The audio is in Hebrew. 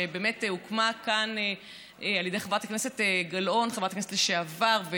שהוקמה כאן על ידי חברת הכנסת לשעבר גלאון,